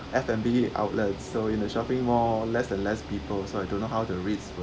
F&B outlets so in a shopping mall less and less people so I don't know how the risk